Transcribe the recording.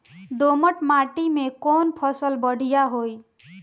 दोमट माटी में कौन फसल बढ़ीया होई?